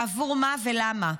בעבור מה ולמה?